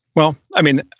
well, i mean,